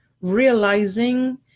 Realizing